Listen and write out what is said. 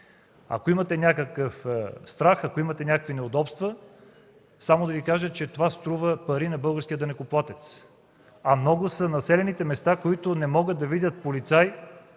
Ако имате някакъв страх, ако имате някакви неудобства, ще Ви кажа, че това струва пари на българския данъкоплатец. А много са населените места, които не могат да видят полицаи